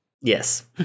Yes